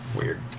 Weird